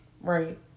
Right